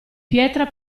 pietra